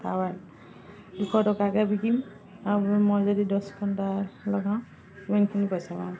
towel দুশ টকাকে বিকিম আৰু মই যদি দছখন টাৱেল লগাওঁ কিমানখিনি পইচা পাম